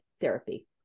therapy